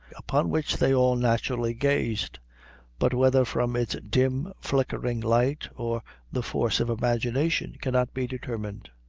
upon which they all naturally gazed but, whether from its dim flickering light, or the force of imagination, cannot be determined,